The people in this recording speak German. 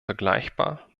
vergleichbar